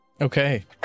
Okay